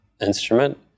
instrument